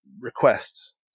requests